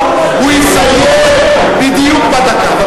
והוא יסיים בדיוק בדקה.